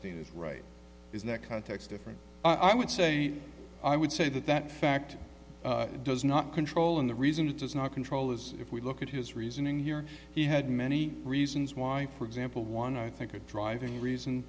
is right is that context different i would say i would say that that fact does not control and the reason it does not control is if we look at his reasoning here he had many reasons why for example one i think a driving reason